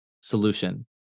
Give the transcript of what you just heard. solution